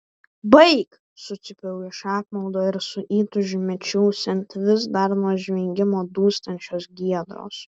baik sucypiau iš apmaudo ir su įtūžiu mečiausi ant vis dar nuo žvengimo dūstančios giedros